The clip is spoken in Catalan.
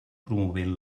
promovent